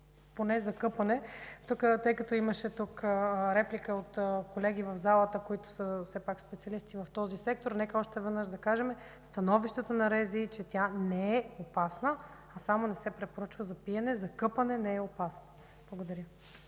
поне за къпане. Тъй като тук имаше реплика от колеги в залата, които са все пак специалисти в този сектор, нека още веднъж да кажем становището на РЗИ, че тя не е опасна, а само не се препоръчва за пиене. За къпане не е опасна. Благодаря.